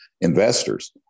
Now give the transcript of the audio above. investors